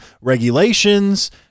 regulations